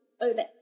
over